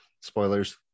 spoilers